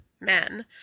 men